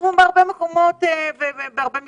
כמו בהרבה מקרים אחרים.